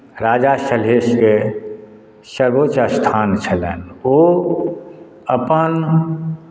राजा सलहेशके सर्वोच्च स्थान छलनि ओ अपन